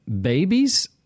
Babies